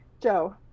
Joe